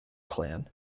clan